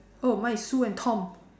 oh mine is sue and tom